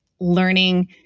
learning